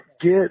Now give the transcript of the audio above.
get